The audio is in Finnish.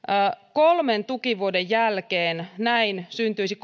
kolmen tukivuoden jälkeen näin syntyisi